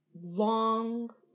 long